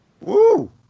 Woo